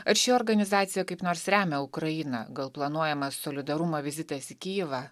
ar ši organizacija kaip nors remia ukrainą gal planuojamas solidarumo vizitas į kijevą